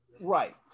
Right